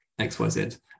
xyz